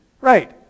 Right